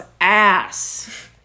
ass